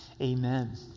amen